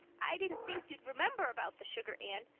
i didn't think you'd remember about the sugar, anne,